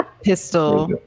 pistol